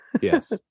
Yes